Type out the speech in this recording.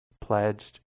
pledged